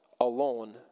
alone